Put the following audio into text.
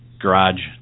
garage